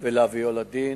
ולהביאו לדין,